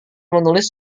menulis